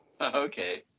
okay